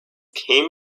came